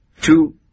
Two